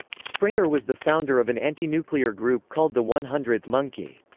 springer was the founder of an anti-nuclear group called the one hundredth monkey.